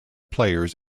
players